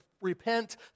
repent